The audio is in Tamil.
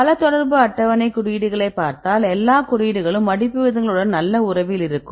பல தொடர்பு அட்டவணை குறியீடுகளை பார்த்தால் எல்லா குறியீடுகளும் மடிப்பு விகிதங்கள் உடன் நல்ல உறவில் இருக்கும்